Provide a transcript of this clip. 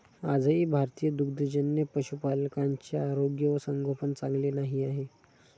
आजही भारतीय दुग्धजन्य पशुपालकांचे आरोग्य व संगोपन चांगले नाही आहे